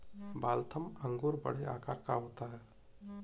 Waltham अंगूर बड़े आकार का होता है